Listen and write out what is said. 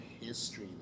history